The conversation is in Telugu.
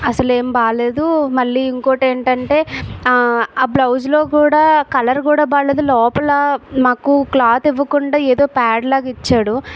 అసలు ఏం బాగలేదు మళ్ళీ ఇంకోటేంటంటే ఆ బ్లౌజులో కూడా కలర్ కూడా బాగలేదు లోపల మాకు క్లాత్ ఇవ్వకుండా ఏదో ప్యాడ్ లాగా ఇచ్చాడు